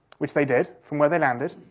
which they did, from where they landed,